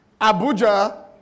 Abuja